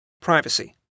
Privacy